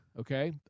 okay